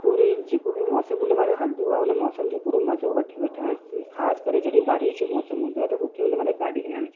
पूरे जेको बि मौसम हुन महिल हलंदो आहे हुन मौसम खे पूरो मज़ो वठी वठा ख़ासि करे जॾहिं बारिश जो मौसम हूंदो आहे त मूंखे हुन महिल गाॾी हलाइण जो